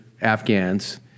Afghans